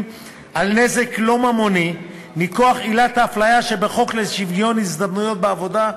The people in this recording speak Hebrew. על נזק לא ממוני מכוח עילת האפליה שבחוק שוויון ההזדמנויות בעבודה,